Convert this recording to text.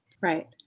Right